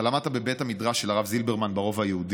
אתה למדת בבית המדרש של הרב זילברמן ברובע היהודי.